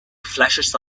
flashes